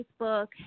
Facebook